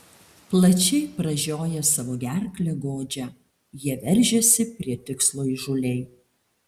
plačiai pražioję savo gerklę godžią jie veržiasi prie tikslo įžūliai